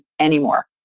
anymore